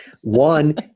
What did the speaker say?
one